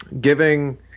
giving